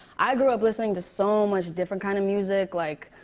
i grew up listening to so much different kind of music, like,